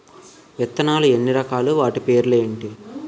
విత్తనాలు ఎన్ని రకాలు, వాటి పేర్లు ఏంటి?